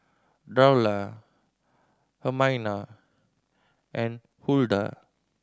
Darla Hermina and Huldah